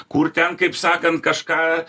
kur ten kaip sakant kažką